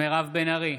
מירב בן ארי,